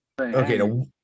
okay